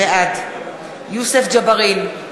בעד יוסף ג'בארין,